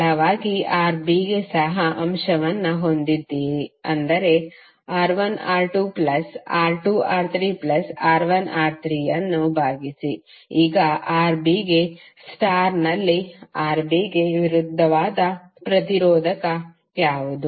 ಸರಳವಾಗಿ Rb ಗೆ ಸಹ ಅಂಶವನ್ನು ಹೊಂದಿದ್ದೀರಿ ಅಂದರೆ R1R2R2R3R1R3 ಅನ್ನು ಭಾಗಿಸಿ ಈಗ Rb ಗೆ ಸ್ಟಾರ್ ನಲ್ಲಿ Rb ಗೆ ವಿರುದ್ಧವಾದ ಪ್ರತಿರೋಧಕ ಯಾವುದು